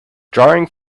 drawing